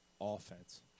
offense